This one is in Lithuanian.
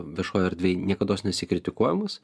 viešoj erdvėj niekados nesi kritikuojamas